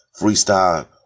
freestyle